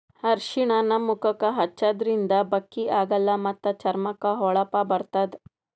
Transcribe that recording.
ಅರ್ಷಿಣ ನಮ್ ಮುಖಕ್ಕಾ ಹಚ್ಚದ್ರಿನ್ದ ಬಕ್ಕಿ ಆಗಲ್ಲ ಮತ್ತ್ ಚರ್ಮಕ್ಕ್ ಹೊಳಪ ಬರ್ತದ್